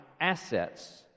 assets